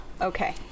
okay